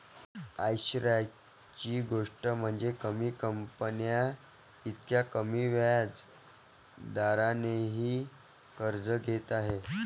आश्चर्याची गोष्ट म्हणजे, कमी कंपन्या इतक्या कमी व्याज दरानेही कर्ज घेत आहेत